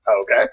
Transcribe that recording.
Okay